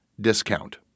discount